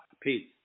Peace